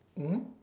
mmhmm